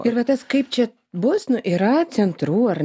ir va tas kaip čia bus nu yra centru ar